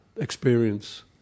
experience